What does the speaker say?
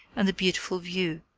and the beautiful view.